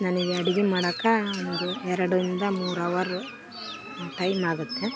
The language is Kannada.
ನನಗೆ ಅಡಿಗೆ ಮಾಡೋಕೆ ಒಂದು ಎರಡರಿಂದ ಮೂರು ಅವರ್ ಟೈಮ್ ಆಗುತ್ತೆ